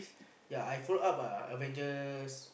ya I follow up ah Avengers